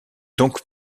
donc